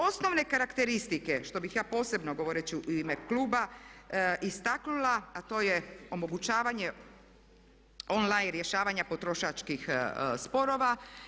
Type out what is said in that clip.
Osnovne karakteristike što bih ja posebno govoreći u ime kluba istaknula, a to je omogućavanje on-line rješavanja potrošačkih sporova.